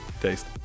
taste